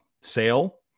sale